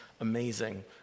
amazing